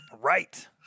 Right